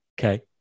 okay